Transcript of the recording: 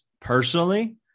personally